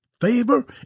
Favor